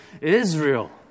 Israel